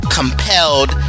compelled